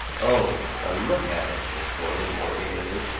o. a look at her? said corley, more amiably.